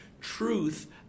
truth